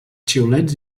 xiulets